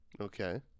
Okay